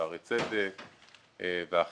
שערי צדק ואחרים,